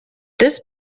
this